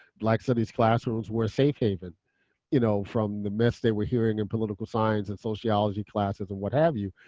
black studies classrooms were a safe haven you know from the mess that we're hearing in political science and sociology classes and what have you.